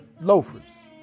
loafers